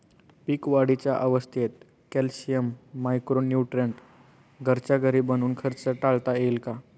पीक वाढीच्या अवस्थेत calcium, micro neutron घरच्या घरी बनवून खर्च टाळता येईल का?